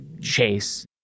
Chase